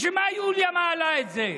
בשביל מה יוליה מעלה את זה?